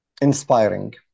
Inspiring